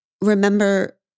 remember